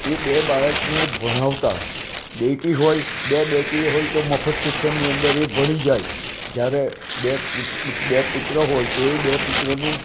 એ બે બાળકને ભણાવતાં બેટી હોય બે બેટી હોય તો મફત શિક્ષણની અંદર એ ભણી જાય જ્યારે બે બે પુત્ર હોય તો એ બે પુત્રનું